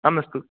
आमस्तु